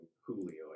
Julio